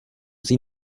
sie